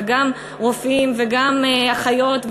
וגם רופאים וגם אחיות,